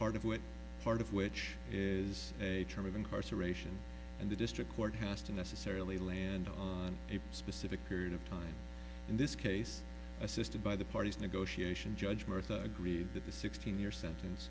part of what part of which is a term of incarceration and the district court has to necessarily land on a specific period of time in this case assisted by the parties negotiation judge murtha agreed that the sixteen year sentence